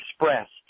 expressed